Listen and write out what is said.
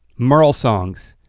merle songs.